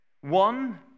One